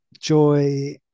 joy